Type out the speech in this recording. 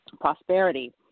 prosperity